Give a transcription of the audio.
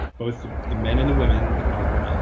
both the men and the women, are